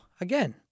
again